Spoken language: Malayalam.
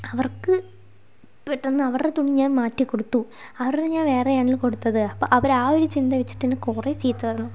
അവർക്ക് പെട്ടന്ന് അവരുടെ തുണി ഞാൻ മാറ്റിക്കൊടുത്തു അവരുടെ ഞാൻ വേറെയാണ് കൊടുത്തത് അപ്പോൾ അവർ ആ ഒരു ചിന്ത വച്ചിട്ട് എന്നെ കുറെ ചീത്ത പറഞ്ഞു